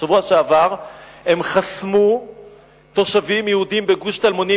בשבוע שעבר הם חסמו תושבים יהודים בגוש טלמונים,